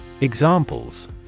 Examples